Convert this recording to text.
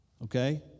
Okay